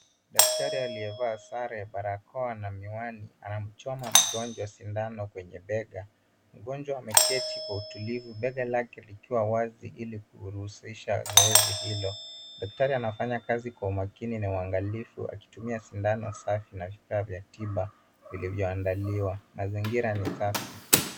Daktari aliyevaa sare, barakoa na miwani anamchoma mgonjwa sindano kwenye bega. Mgonjwa ameketi kwa utulivu bega lake likiwa wazi ili kuruhusisha zoezi hilo. Daktari anafanya kazi kwa umakini na uangalifu akitumia sindano safi na vifaa vya tiba vilivyoandaliwa. Mazingira ni safi.